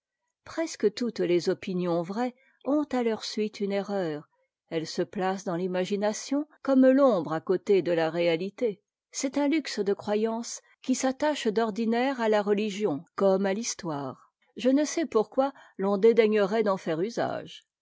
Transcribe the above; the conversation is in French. presque toutes les opinions vraies ont à leur suite une erreur elle se place dans l'imagination comme l'ombre à côté de la réalité c'est un luxe de croyance qui s'attache d'ordinaire à la religion comme à l'histoire je ne sais pourquoi l'on dédai gnerait d'en faire usage